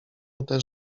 też